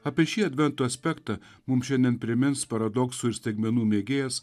apie šį advento aspektą mum šiandien primins paradoksų ir staigmenų mėgėjas